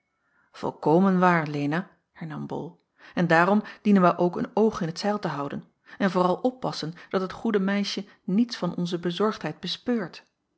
volkomen waar lena hernam bol en daarom dienen wij ook een oog in t zeil te houden en vooral oppassen dat het goede meisje niets van onze bezorgdheid bespeurt